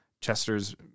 Chester's